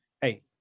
Hey